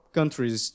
countries